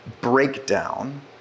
Breakdown